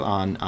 on